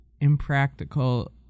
impractical